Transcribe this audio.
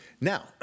Now